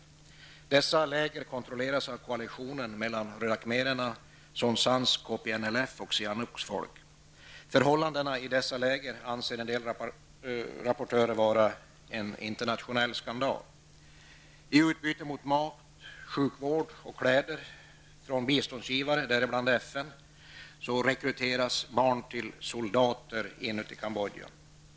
Lägren där de vistas kontrolleras av koalitionen mellan röda khmererna, Son Sanns KPNLF och Sihanouks folk. Förhållandena i dessa läger anser en del rapportörer vara en internationell skandal. I utbyte mot mat, sjukvård och kläder från biståndsgivare, däribland FN, rekryteras barn till soldater inuti Kambodja.